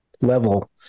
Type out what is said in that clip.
level